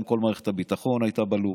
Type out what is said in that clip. גם כל מערכת הביטחון הייתה בלופ,